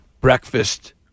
breakfast